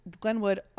Glenwood